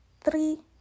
three